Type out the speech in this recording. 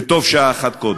וטוב שעה אחת קודם.